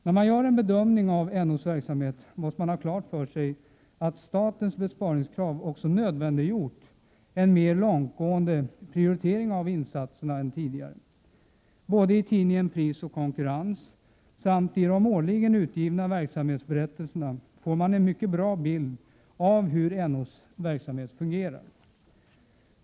När man gör en bedömning av NO:s verksamhet måste man ha klart för sig att statens besparingskrav också nödvändiggjort en mer långtgående prioritering av insatserna än tidigare. Både i tidningen Pris. Konkurrens och i de I årligen utgivna verksamhetsberättelserna får man en mycket bra bild av hur NO:s verksamhet fungerar.